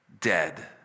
dead